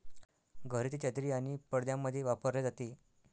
घरी ते चादरी आणि पडद्यांमध्ये वापरले जाते